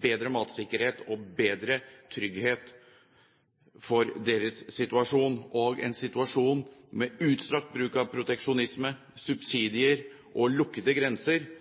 bedre matsikkerhet og bedre trygghet for deres situasjon. En situasjon med utstrakt bruk av proteksjonisme, subsidier og lukkede grenser